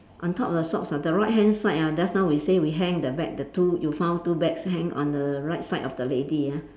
on top of the socks ah the right hand side ah just now we say we hang the bag the two you found two bags hang on the right side of the lady ah